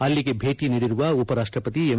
ಅಲ್ಲಿಗೆ ಭೇಟಿ ನೀಡಿರುವ ಉಪರಾಷ್ಷಪತಿ ಎಂ